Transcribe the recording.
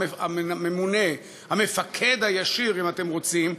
הממונה, המפקד הישיר אם אתם רוצים,